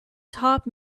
top